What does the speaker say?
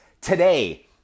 today